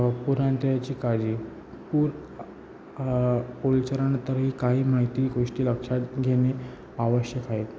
पुरानंतरची काळजी पूर पोलचरणतरीही काही माहिती गोष्टी लक्षात घेणे आवश्यक आहेत